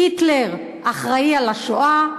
היטלר אחראי לשואה,